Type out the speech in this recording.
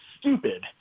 stupid